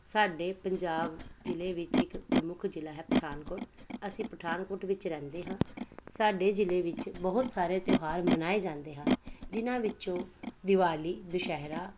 ਸਾਡੇ ਪੰਜਾਬ ਜ਼ਿਲ੍ਹੇ ਵਿੱਚ ਇੱਕ ਪ੍ਰਮੁੱਖ ਜ਼ਿਲ੍ਹਾ ਹੈ ਪਠਾਨਕੋਟ ਅਸੀਂ ਪਠਾਨਕੋਟ ਵਿੱਚ ਰਹਿੰਦੇ ਹਾਂ ਸਾਡੇ ਜ਼ਿਲ੍ਹੇ ਵਿੱਚ ਬਹੁਤ ਸਾਰੇ ਤਿਉਹਾਰ ਮਨਾਏ ਜਾਂਦੇ ਹਨ ਜਿਹਨਾਂ ਵਿੱਚੋਂ ਦੀਵਾਲੀ ਦੁਸਹਿਰਾ